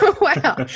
Wow